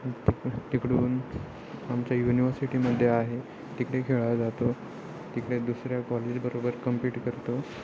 तिकडून आमच्या युनिवर्सिटीमध्ये आहे तिकडे खेळायला जातो तिकडे दुसऱ्या कॉलेजबरोबर कंपीट करतो